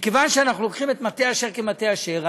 מכיוון שאנחנו לוקחים את מטה אשר כמטה אשר,